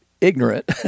ignorant